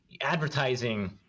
advertising